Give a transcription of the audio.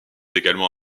également